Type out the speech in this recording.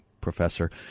professor